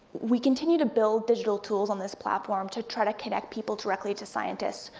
we continue to build digital tools on this platform, to try to connect people directly to scientists,